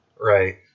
right